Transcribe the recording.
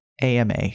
AMA